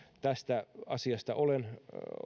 tästä asiasta olen